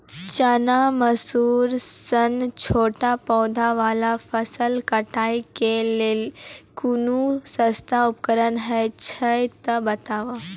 चना, मसूर सन छोट पौधा वाला फसल कटाई के लेल कूनू सस्ता उपकरण हे छै तऽ बताऊ?